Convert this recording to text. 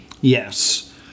Yes